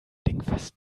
dingfest